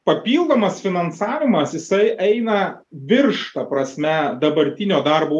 papildomas finansavimas jisai eina virš ta prasme dabartinio darbo